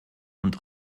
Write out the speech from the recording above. und